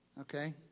Okay